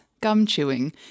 gum-chewing